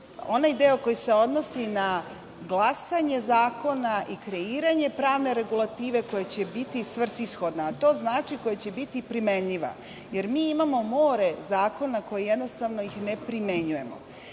onaj deo koji se odnosi na glasanje zakona i kreiranje pravne regulative koja će biti svrsishodna, a to znači koja će biti primenljiva, jer mi imamo more zakona koje jednostavno ne primenjujemo. Na